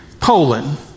Poland